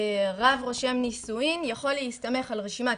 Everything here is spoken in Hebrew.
רב רושם נישואים יכול להסתמך על רשימה.